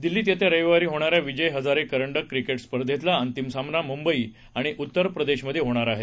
दिल्लीत येत्या रविवारी होणाऱ्या विजय हजारे करंडक क्रिके स्पर्धेतला अंतिम सामना मुंबई आणि उत्तर प्रदेशमध्ये होणार आहे